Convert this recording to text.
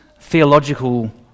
theological